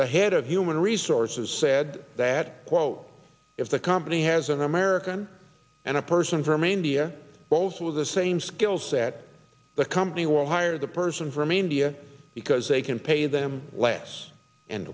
the head of human resources said that quote if the company has an american and a person for main dia those with the same skill set the company will hire the person from india because they can pay them less and